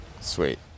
sweet